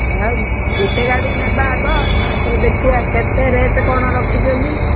ହଉ ଗୋଟେ ଗାଡ଼ି ନେବା ଆଗ ତା'ପରେ ଦେଖିବା କେତେ ରେଟ୍ କ'ଣ ରଖିଛନ୍ତି